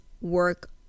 work